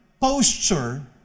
posture